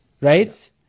right